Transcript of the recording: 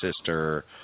sister